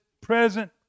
present